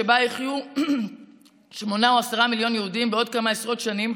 שבה יחיו שמונה או עשרה מיליון יהודים בעוד כמה עשרות שנים,